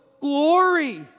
glory